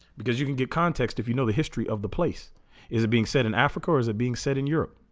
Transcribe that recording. because you can give context if you know the history of the place is it being said in africa is it being said in europe